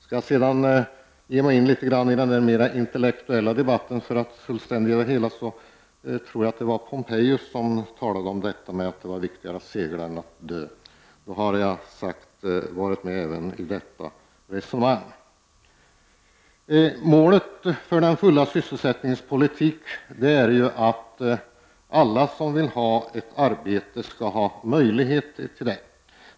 Skall jag sedan ge mig in litet i den där mer intellektuella debatten för att göra det hela mer fullständigt, så vill jag säga att jag tror att det var Pompejus som talade om att det var viktigare att segla än att leva. Då har jag alltså varit med även i detta resonemang. Målet för den fulla sysselsättningens politik är ju att alla som vill ha ett arbete skall ha möjlighet till det.